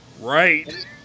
Right